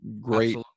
great